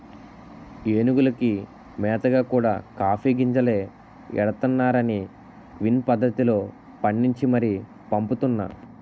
ఏనుగులకి మేతగా కూడా కాఫీ గింజలే ఎడతన్నారనీ క్విన్ పద్దతిలో పండించి మరీ పంపుతున్నా